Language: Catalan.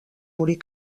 morir